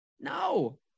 No